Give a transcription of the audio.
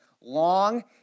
long